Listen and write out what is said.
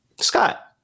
Scott